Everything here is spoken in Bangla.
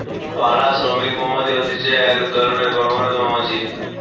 পাড়া শ্রমিক মৌমাছি হতিছে এক ধরণের কর্মরত মৌমাছি